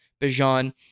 Bijan